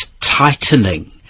tightening